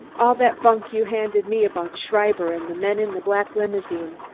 all that bunk you handed me about schreiber and the men in the black limousine.